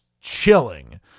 chilling